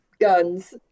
guns